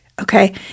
Okay